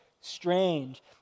strange